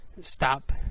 stop